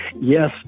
Yes